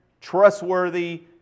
trustworthy